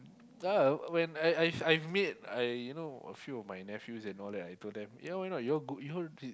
ya I I I meet some of my nephews and all and I told them that ya why not you all go you all